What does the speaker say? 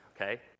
okay